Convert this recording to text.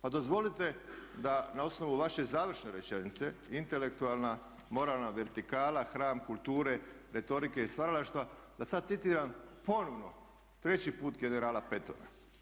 Pa dozvolite da na osnovu vaše završne rečenice intelektualna, moralna vertikala, hram kulture, retorike i stvaralaštva, da sad citiram ponovno treći put generala Pattona.